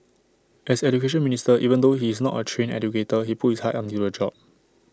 as Education Minister even though he is not A trained educator he put his heart into the job